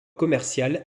commerciale